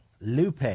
Lupe